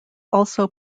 also